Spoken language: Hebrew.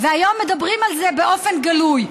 והיום מדברים על זה באופן גלוי.